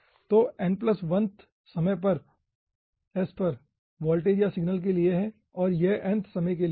यह n1th समय s पर वोल्टेज या सिग्नल के लिए है और यह nth समय के लिए है